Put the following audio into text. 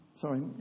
Sorry